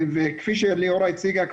כפי שליאורה הציגה,